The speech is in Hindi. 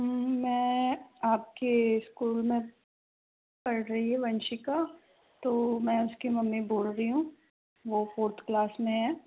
मैं आपके स्कूल में पढ़ रही है वंशिका तो मैं उसकी मम्मी बोल रही हूँ वो फोर्थ क्लास में है